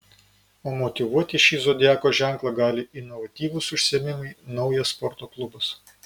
o motyvuoti šį zodiako ženklą gali inovatyvūs užsiėmimai naujas sporto klubas